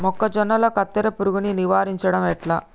మొక్కజొన్నల కత్తెర పురుగుని నివారించడం ఎట్లా?